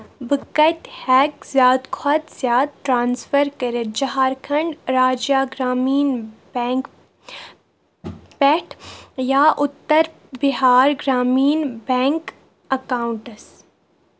بہٕ کَتہِ ہٮ۪کہٕ زِیادٕ کھۄتہٕ زِیٛدٕ ٹرانسفر کٔرِتھ جہارکھنٛڈ راجیہ گرٛامیٖن بیٚنٛک پٮ۪ٹھ یا اُتر بِہار گرٛامیٖن بیٚنٛک اکاونٹَس